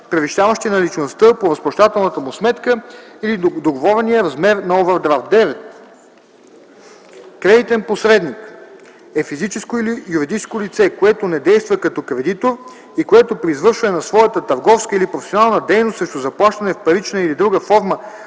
превишаващи наличността по разплащателната му сметка или договорения размер на овърдрафт. 9. „ Кредитен посредник” е физическо или юридическо лице, което не действа като кредитор и което при извършване на своята търговска или професионална дейност срещу заплащане в парична или в друга форма